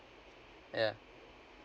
yeah